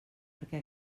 perquè